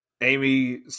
Amy